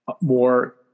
more